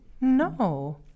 No